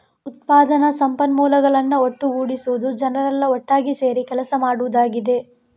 ಉತ್ಪಾದನಾ ಸಂಪನ್ಮೂಲಗಳನ್ನ ಒಟ್ಟುಗೂಡಿಸುದು ಜನರೆಲ್ಲಾ ಒಟ್ಟಾಗಿ ಸೇರಿ ಕೆಲಸ ಮಾಡುದಾಗಿದೆ